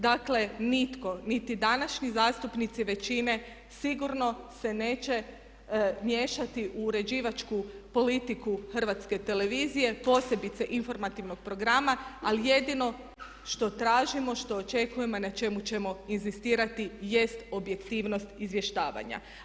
Dakle, niti današnji zastupnici većine sigurno se neće miješati u uređivačku politiku hrvatske televizije posebice informativnog programa ali jedino što tražimo, što očekujemo, na čemu ćemo inzistirati jest objektivnost izvještavanja.